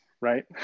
right